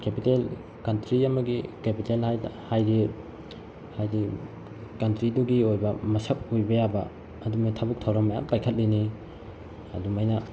capital country ꯑꯃꯒꯤ capital ꯍꯥꯏꯗꯤ ꯍꯥꯏꯗꯤ ꯀꯟꯇ꯭ꯔꯤꯗꯨꯒꯤ ꯑꯣꯏꯕ ꯃꯁꯛ ꯑꯣꯏꯕ ꯌꯥꯕ ꯑꯗꯨꯃꯥꯏ ꯊꯕꯛ ꯊꯧꯔꯝ ꯃꯌꯥꯝ ꯄꯥꯏꯈꯠꯂꯤꯅꯤ ꯑꯗꯨꯃꯥꯏꯅ